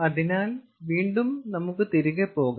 അതിനാൽ വീണ്ടും നമുക്ക് തിരികെ പോകാം